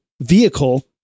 vehicle